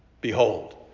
Behold